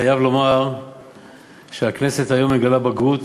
חייב לומר שהכנסת מגלה היום בגרות